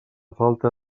falta